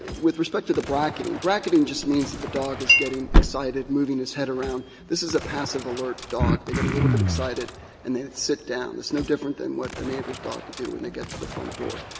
with respect to the bracketing, bracketing just means that the dog is getting excited, moving his head around. this is a passive alert dog. they get a little bit excited and then sit down. it's no different than what a neighbor's dog would do when they get to the front door.